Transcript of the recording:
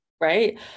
Right